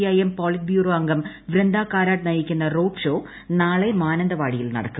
ക്ക്ക് M polit bureau അംഗം വൃന്ദാ കാരാട്ട് നയിക്കുന്ന് road show നാളെ മാനന്തവാടിയിൽ നടക്കും